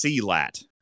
CLAT